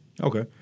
Okay